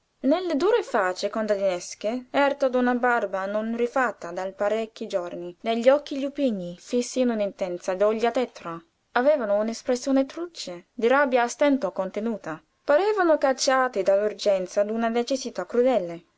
nelle dure facce contadinesche irte d'una barba non rifatta da parecchi giorni negli occhi lupigni fissi in un'intensa doglia tetra avevano un'espressione truce di rabbia a stento contenuta parevano cacciati dall'urgenza d'una necessità crudele